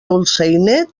dolçainer